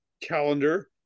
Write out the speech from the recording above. calendar